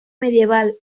medieval